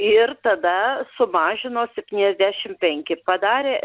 ir tada sumažino septyniasdešim penki padarė